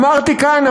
אמרתי כאן,